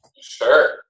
Sure